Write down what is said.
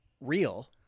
real